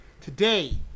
today